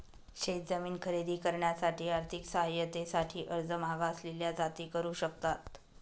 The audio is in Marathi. शेत जमीन खरेदी करण्यासाठी आर्थिक सहाय्यते साठी अर्ज मागासलेल्या जाती करू शकतात